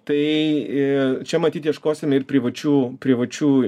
tai čia matyt ieškosime ir privačių privačių